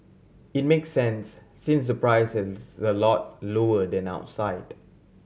it make sense since the price is a lot lower than outside